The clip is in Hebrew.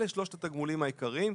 אלה שלושת התגמולים העיקריים.